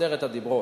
עשרת הדיברות.